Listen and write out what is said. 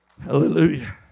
Hallelujah